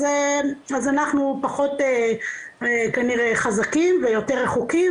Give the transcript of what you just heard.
אז אנחנו פחות כנראה חזקים ויותר רחוקים